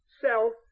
self